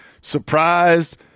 surprised